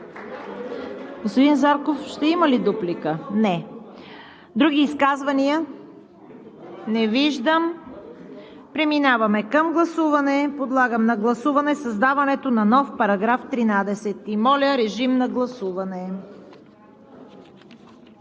Господин Зарков, ще има ли дуплика? Не. Други изказвания? Не виждам. Преминаваме към гласуване. Подлагам на гласуване създаването на нов § 13. Имаме ли още